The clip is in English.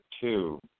two